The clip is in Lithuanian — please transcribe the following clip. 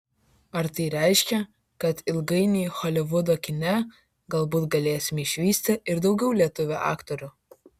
ar tai reiškia kad ilgainiui holivudo kine galbūt galėsime išvysti ir daugiau lietuvių aktorių